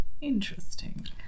Interesting